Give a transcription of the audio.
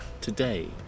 today